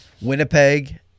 Winnipeg